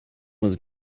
was